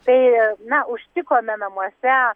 tai na užtikome namuose